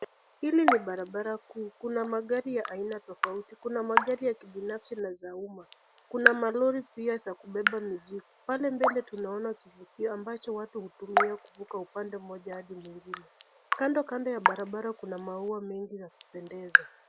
hili ni barabara kuu, kuna magari ya aina tofauti, kuna magari ya kibinafsi na za umma. Kuna malori pia za kubeba mizigo. Pale mbele tunaona kivukio ambacho watu hutumia kuvuka upande moja hadi mwinginne. kandokando ya barabara kuna maua mengi ya kupendeza.